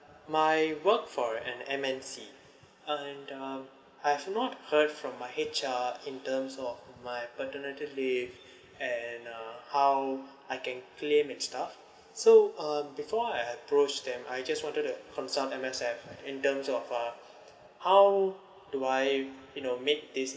my work for an M_N_C and um I've not heard from my H_R in terms of my paternity leave and uh how I can claim and stuff so uh before I approach them I just wanted to consult M_S_F in terms of uh how do I you know make this